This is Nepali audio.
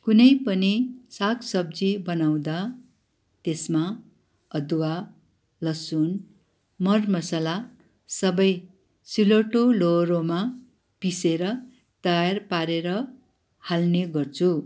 कुनै पनि साग सब्जी बनाउँदा त्यसमा अदुवा लसुन मरमसला सबै सिलौटो लोहोरोमा पिसेर तयार पारेर हाल्ने गर्छु